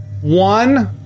One